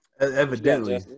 Evidently